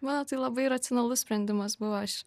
mano tai labai racionalus sprendimas buvo aš